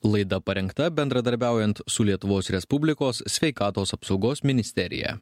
laida parengta bendradarbiaujant su lietuvos respublikos sveikatos apsaugos ministerija